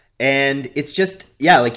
and it's just. yeah, like